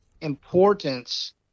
importance